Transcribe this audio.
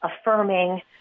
affirming